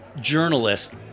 journalist